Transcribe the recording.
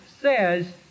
says